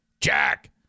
Jack